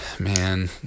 man